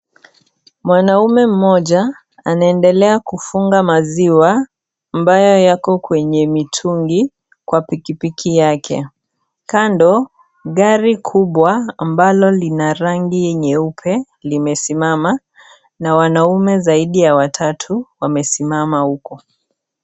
Mwanaume mmoja anaendelea kufunga maziwa ambaye yako kwenye mitungi kwa pikipiki yake, kando gari kubwa ambalo lina rangi nyeupe limesimama na wanaume zaidi ya watatu wamesimama huko.